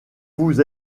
vous